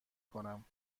کنم